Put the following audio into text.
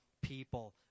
people